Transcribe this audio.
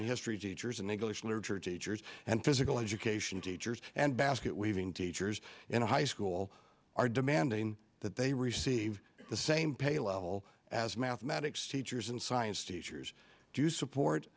history teachers and english literature teachers and physical education teachers and basket weaving teachers in a high school are demanding that they receive the same pay level as mathematics teachers and science teachers do support